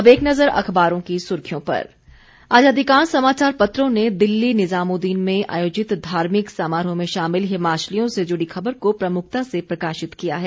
अब एक नजर अखबारों की सुर्खियों पर आज अधिकांश समाचार पत्रों ने दिल्ली निजामुद्दीन में आयोजित धार्मिक समारोह में शामिल हिमाचलियों से जुड़ी खबर को प्रमुखता से प्रकाशित किया है